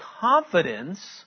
confidence